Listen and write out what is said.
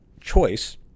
choice